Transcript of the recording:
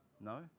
No